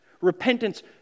Repentance